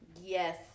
Yes